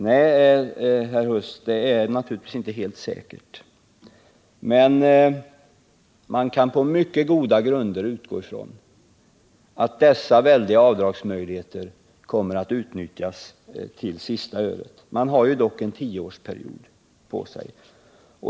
Nej, herr Huss, det är naturligtvis inte helt säkert, men man kan på mycket goda grunder utgå ifrån att de väldiga avdragsmöjligheterna kommer att utnyttjas till sista öret. Man har dock en tioårsperiod på sig.